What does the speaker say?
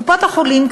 קופות-החולים,